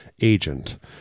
agent